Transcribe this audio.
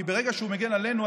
כי ברגע שהוא מגן עלינו,